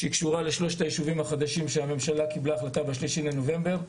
שקשורה לשלושת היישובים החדשים שהממשלה אישרה להקים ב-3 בנובמבר.